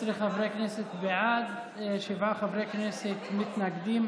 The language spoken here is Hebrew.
16 חברי כנסת בעד, שבעה חברי כנסת מתנגדים.